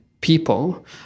people